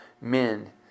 men